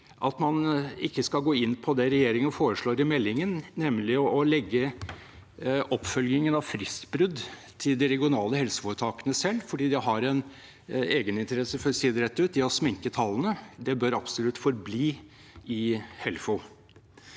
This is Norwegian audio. at man ikke skal gå inn på det regjeringen foreslår i meldingen, nemlig å legge oppfølgingen av fristbrudd til de regionale helseforetakene selv, fordi de har en egeninteresse, for å si det rett ut, av å sminke tallene. Det bør absolutt forbli i Helfo.